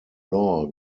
law